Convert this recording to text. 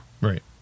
right